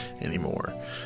anymore